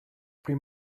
pre